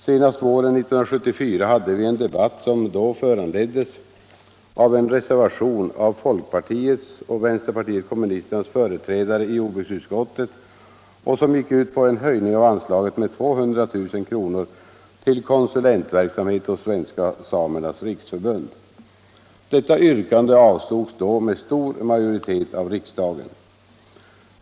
Senast våren 1974 hade vi en debatt, som då föranleddes av en reservation av folkpartiets och vänsterpartiet kommunisternas företrädare i jordbruksutskottet och som gick ut på en höjning av anslaget med 200 000 kr. till konsulentverksamhet hos Svenska samernas riksförbund. Detta yrkande avslogs då med stor majoritet av riksdagen.